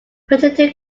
potato